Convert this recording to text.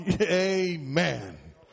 Amen